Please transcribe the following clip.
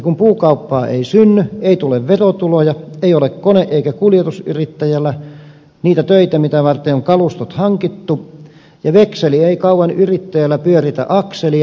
kun puukauppaa ei synny ei tule verotuloja ei ole kone eikä kuljetusyrittäjällä niitä töitä mitä varten on kalustot hankittu ja vekseli ei kauan yrittäjällä pyöritä akselia